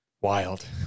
Wild